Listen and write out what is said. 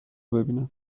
ببینن